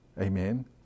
Amen